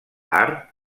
art